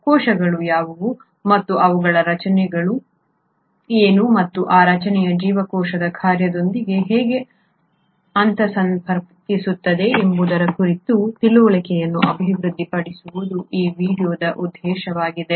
ಕೋಶಗಳು ಯಾವುವು ಮತ್ತು ಅವುಗಳ ರಚನೆ ಏನು ಮತ್ತು ಈ ರಚನೆಯು ಜೀವಕೋಶದ ಕಾರ್ಯದೊಂದಿಗೆ ಹೇಗೆ ಅಂತರ್ಸಂಪರ್ಕಿಸುತ್ತದೆ ಎಂಬುದರ ಕುರಿತು ತಿಳುವಳಿಕೆಯನ್ನು ಅಭಿವೃದ್ಧಿಪಡಿಸುವುದು ಈ ವೀಡಿಯೊದ ಉದ್ದೇಶವಾಗಿದೆ